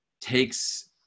takes